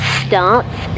starts